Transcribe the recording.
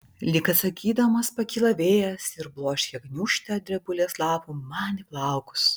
lyg atsakydamas pakyla vėjas ir bloškia gniūžtę drebulės lapų man į plaukus